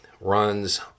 runs